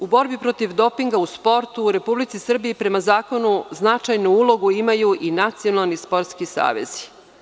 U borbi protiv dopinga u sportu u Republici Srbiji, prema zakonu, značajnu ulogu imaju i nacionalni sportski savezi.